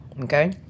Okay